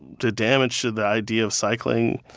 the damage to the idea of cycling,